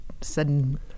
sudden